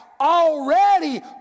already